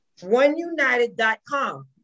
oneunited.com